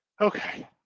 Okay